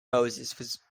moses